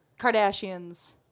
Kardashians